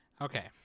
Okay